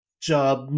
job